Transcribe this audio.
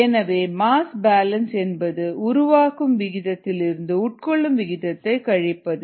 எனவே mass balance என்பது உருவாக்கும் விகிதத்தில் இருந்து உட்கொள்ளும் விகிதத்தை கழிப்பது